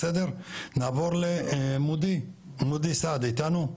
אורי אילן איתנו?